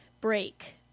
break